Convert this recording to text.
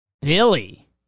Billy